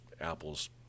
apples